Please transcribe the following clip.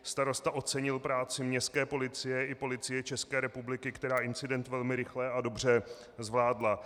Starosta ocenil práci městské policie i Policie České republiky, která incident velmi dobře a rychle zvládla.